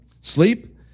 sleep